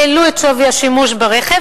העלו את שווי השימוש ברכב,